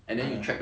ya